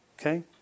Okay